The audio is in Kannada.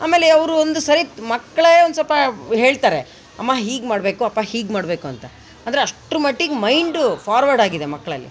ಆಮೇಲೆ ಅವರು ಒಂದು ಸಲ ಮಕ್ಳೇ ಒಂದು ಸೊಪ ಹೇಳ್ತಾರೆ ಅಮ್ಮ ಹೀಗೆ ಮಾಡಬೇಕು ಅಪ್ಪ ಹೀಗೆ ಮಾಡಬೇಕು ಅಂತ ಅಂದರೆ ಅಷ್ಟ್ರು ಮಟ್ಟಿಗೆ ಮೈಂಡು ಫಾರ್ವರ್ಡ್ ಆಗಿದೆ ಮಕ್ಳಲ್ಲಿ